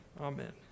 Amen